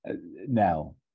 Now